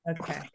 okay